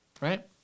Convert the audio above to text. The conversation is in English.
right